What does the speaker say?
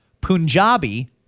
Punjabi